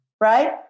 right